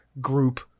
group